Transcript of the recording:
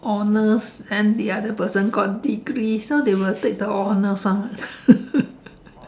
honours and the other person got degree so they will take the honours ah